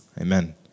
amen